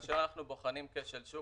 כאשר אנחנו בוחנים כשל שוק,